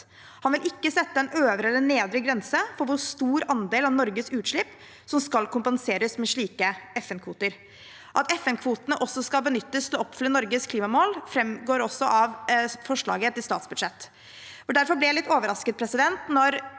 Han vil ikke sette en øvre eller nedre grense for hvor stor andel av Norges utslipp som skal kompenseres med slike FN-kvoter. At FNkvotene også skal benyttes til å oppfylle Norges klimamål, framgår også av forslaget til statsbudsjett. Derfor ble jeg litt overrasket da